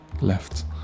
left